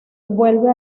vuelve